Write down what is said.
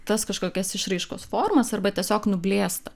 tas kažkokias išraiškos formas arba tiesiog nublėsta